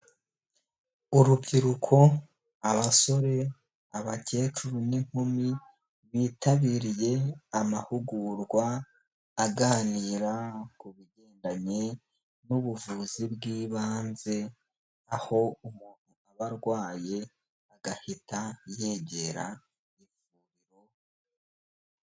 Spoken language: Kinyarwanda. Urubyiruko abasore abakecuru n'inkumi bitabiriye amahugurwa, aganira ku bigendanye n'ubuvuzi bw'ibanze aho umuntu aba arwaye agahita yegera ivuriro.